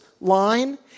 line